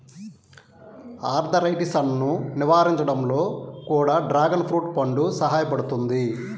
ఆర్థరైటిసన్ను నివారించడంలో కూడా డ్రాగన్ ఫ్రూట్ పండు సహాయపడుతుంది